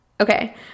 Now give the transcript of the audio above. Okay